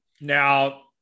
Now